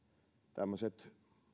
tämmöiset